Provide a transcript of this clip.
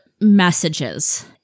messages